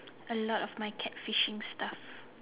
a lot of my cat fishing stuff